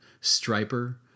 Striper